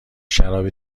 شراب